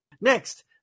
Next